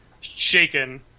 shaken